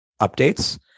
updates